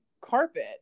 carpet